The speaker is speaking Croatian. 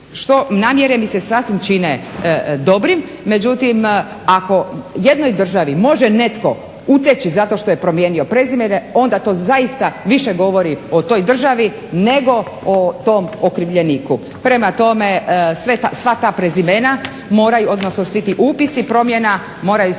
namjere mi se sasvim čine dobrim, međutim ako jednoj državi može netko uteći zato što je promijenio prezime onda to zaista više govori o toj državi nego o tom okrivljeniku. Prema tome sva ta prezimena moraju, odnosno svi ti upisi promjena moraju se